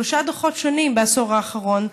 שלושה דוחות שונים בעשור האחרון.